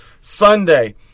Sunday